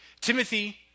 Timothy